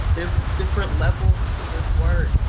there's different levels to this work.